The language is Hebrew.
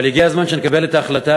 אבל הגיע הזמן שנקבל את ההחלטה,